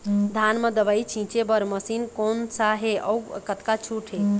धान म दवई छींचे बर मशीन कोन सा हे अउ कतका छूट हे?